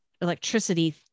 electricity